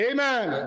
Amen